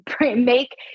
make